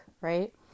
Right